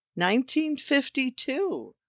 1952